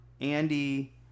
Andy